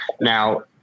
Now